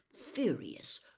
furious